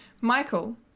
Michael